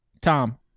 Tom